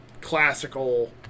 classical